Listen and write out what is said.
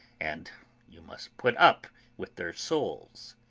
and you must put up with their souls!